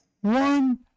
one